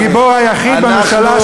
הגיבור היחיד בממשלה,